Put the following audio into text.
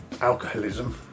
alcoholism